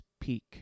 peak